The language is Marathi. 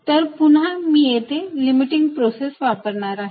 तर पुन्हा मी येते लीमीटिंग प्रोसेस वापरणार आहे